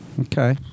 okay